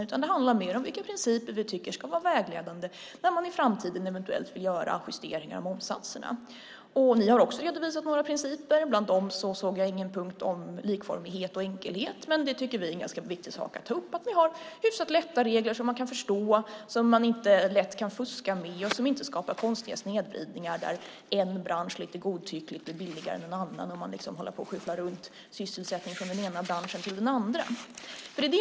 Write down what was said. I stället handlar det mer om vilka principer vi tycker ska vara vägledande när man i framtiden eventuellt vill göra justeringar av momssatserna. Också ni har redovisat några principer. Men bland dem såg jag ingen punkt om likformighet och enkelhet. Vi tycker att det är ganska viktigt att ta upp att vi har hyfsat lätta regler som man kan förstå, som man inte lätt kan fuska med och som inte skapar konstiga snedvridningar så att en bransch lite godtyckligt blir billigare än en annan och man liksom håller på och skyfflar runt sysselsättning från den ena branschen till den andra.